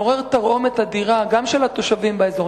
והדבר מעורר תרעומת אדירה גם של התושבים באזור.